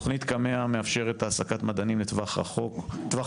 תוכנית קמ"ע מאפשרת העסקת מדענים לטווח ארוך,